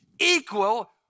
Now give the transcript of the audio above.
equal